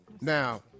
Now